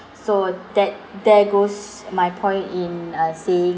so that there goes my point in uh saying